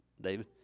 David